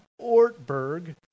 Ortberg